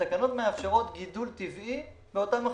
התקנות מאפשרות גידול טבעי באותם מכשירים.